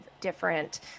different